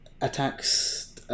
attacks